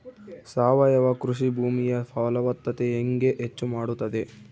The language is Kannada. ಸಾವಯವ ಕೃಷಿ ಭೂಮಿಯ ಫಲವತ್ತತೆ ಹೆಂಗೆ ಹೆಚ್ಚು ಮಾಡುತ್ತದೆ?